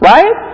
Right